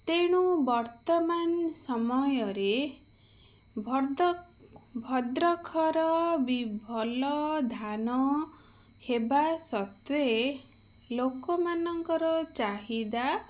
ତେଣୁ ବର୍ତ୍ତମାନ ସମୟରେ ଭଦ୍ରକ ଭଦ୍ରଖର ବି ଭଲ ଧାନ ହେବା ସତ୍ୱେ ଲୋକ ମାନଙ୍କର ଚାହିଦା